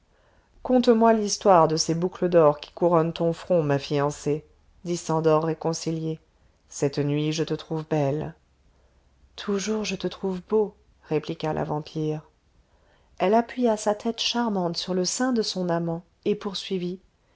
conte-moi l'histoire de ces boucles d'or qui couronnent ton front ma fiancée dit szandor réconcilié cette nuit je te trouve belle toujours je te trouve beau répliqua la vampire elle appuya sa tête charmante sur le sein de son amant et poursuivit